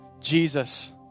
Jesus